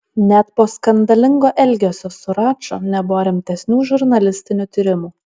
net po skandalingo elgesio su raču nebuvo rimtesnių žurnalistinių tyrimų